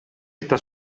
esta